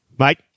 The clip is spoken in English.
Mike